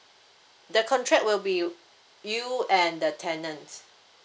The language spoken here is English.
that contract will be you and the tenant